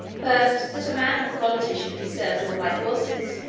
but, that a man of quality should be served all by horses,